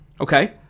Okay